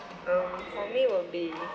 um for me will be